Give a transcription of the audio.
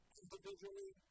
individually